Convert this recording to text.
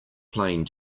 playing